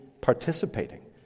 participating